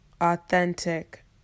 authentic